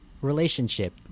relationship